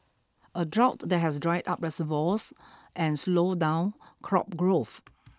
a drought there has dried up reservoirs and slowed down crop growth